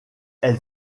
elle